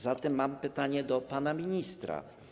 Zatem mam pytanie do pana ministra.